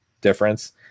difference